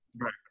Right